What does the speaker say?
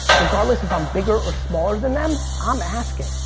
regardless if i'm bigger or smaller than them, i'm asking.